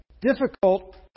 difficult